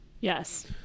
Yes